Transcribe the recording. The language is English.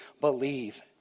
Believe